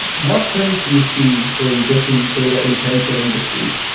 what trends do you see in different data-intensive industries?